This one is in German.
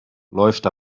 läuft